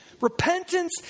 Repentance